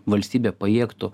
valstybė pajėgtų